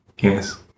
Yes